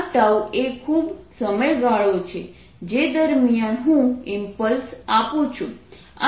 આ એ ખૂબ સમયગાળો છે જે દરમિયાન હું ઈમ્પલ્સ આપું છું